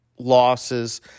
Losses